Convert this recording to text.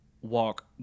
walk